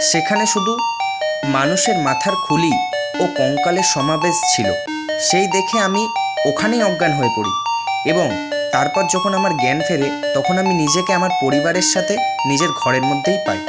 সেখানে শুধু মানুষের মাথার খুলি ও কঙ্কালের সমাবেশ ছিল সেই দেখে আমি ওখানেই অজ্ঞান হয়ে পড়ি এবং তারপর যখন আমার জ্ঞান ফেরে তখন আমি নিজেকে আমার পরিবারের সাথে নিজের ঘরের মধ্যেই পাই